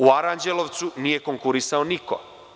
U Aranđelovcu nije konkurisao niko.